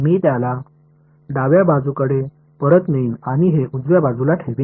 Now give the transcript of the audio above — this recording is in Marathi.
मी याला डाव्या बाजूकडे परत नेईन आणि हे उजव्या बाजूला ठेवीन